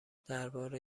درباره